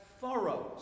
furrows